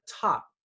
top